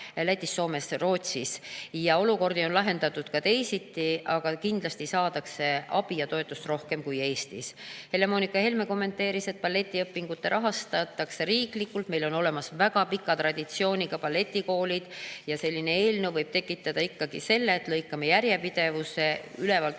Lätis, Soomes, Rootsis, ja olukordi on lahendatud ka teisiti, aga kindlasti saadakse abi ja toetust rohkem kui Eestis. Helle-Moonika Helme kommenteeris, et balletiõpinguid rahastatakse riiklikult, meil on olemas väga pika traditsiooniga balletikoolid ja selline eelnõu võib tekitada [olukorra], et lõikame järjepidevuse ülevalt